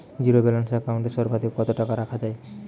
Zero balance account এ সর্বাধিক কত টাকা রাখা য়ায়?